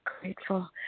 grateful